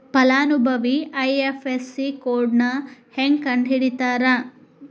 ಫಲಾನುಭವಿ ಐ.ಎಫ್.ಎಸ್.ಸಿ ಕೋಡ್ನಾ ಹೆಂಗ ಕಂಡಹಿಡಿತಾರಾ